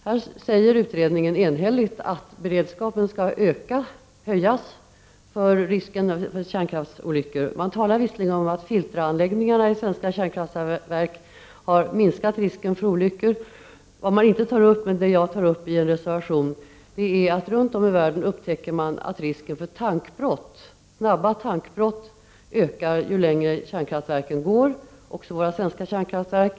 Här säger utredningen enhälligt att beredskapen skall höjas när det gäller risken för kärnkraftsolyckor. Man talar visserligen om att filteranläggningarna i svenska kärnkraftverk har minskat risken för olyckor, men man tar inte upp — det gör däremot jag i en reservation — det faktum att man runt om i världen upptäcker att risken för snabba tankbrott ökar ju längre kärnkraftverken används. Det gäller också våra svenska kärnkraftverk.